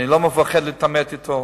אני לא מפחד להתעמת אתו,